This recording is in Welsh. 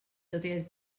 dyddiau